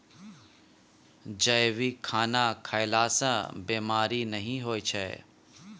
जैविक खाना खएला सँ बेमारी नहि होइ छै